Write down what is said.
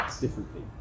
differently